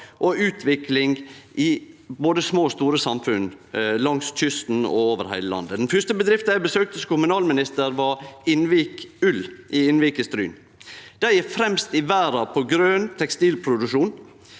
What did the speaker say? og utvikling i både små og store samfunn langs kysten og over heile landet. Den fyrste bedrifta eg besøkte som kommunalminister, var Innvik i Innvik i Stryn. Dei er fremst i verda på grøn tekstilproduksjon